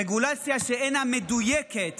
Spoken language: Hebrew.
רגולציה שאינה מדויקת